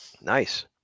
Nice